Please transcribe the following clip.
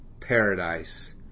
paradise